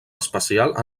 especial